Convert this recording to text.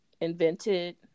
invented